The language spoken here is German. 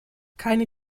keine